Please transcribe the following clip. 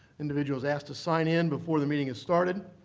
individuals ask to sign in before the meeting is started.